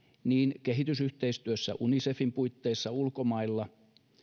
niin kehitysyhteistyössä unicefin puitteissa ulkomailla